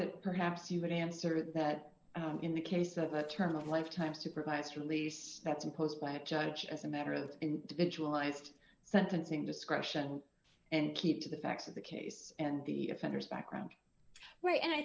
that perhaps you would answer that in the case of a term of life time supervised release that's imposed by a judge as a matter of individual ised sentencing discretion and keep to the facts of the case and the offenders background right and i